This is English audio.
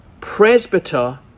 presbyter